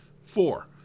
Four